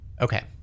okay